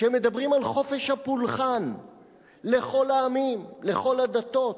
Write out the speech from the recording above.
כשמדברים על חופש הפולחן לכל העמים, לכל הדתות,